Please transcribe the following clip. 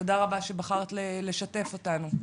תודה רבה שבחרת לשתף אותנו.